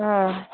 ꯑꯥ